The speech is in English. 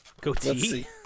goatee